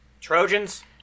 Trojans